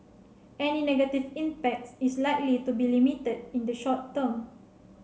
any negative impact is likely to be limited in the short term